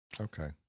Okay